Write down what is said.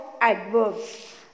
adverbs